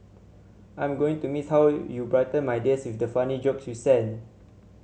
I'm going to miss how you brighten my days with the funny jokes you sent